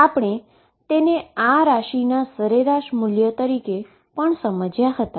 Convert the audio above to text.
આપણે તેને આ ક્વોન્ટીટીના એવરેજ વેલ્યુ તરીકે પણ સમજ્યા હતા